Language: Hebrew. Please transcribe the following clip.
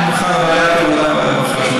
אני מוכן לוועדת העבודה והרווחה,